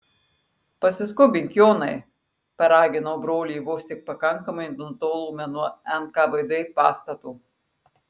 pasiskubink jonai paraginau brolį vos tik pakankamai nutolome nuo nkvd pastato